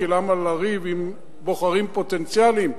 כי למה לריב עם בוחרים פוטנציאליים?